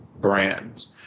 brands